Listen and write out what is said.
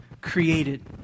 created